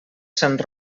sant